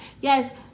Yes